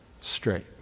straight